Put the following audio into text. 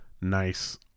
nice